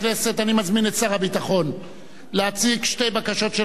אני מזמין את שר הביטחון להציג שתי בקשות של הממשלה.